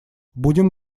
будем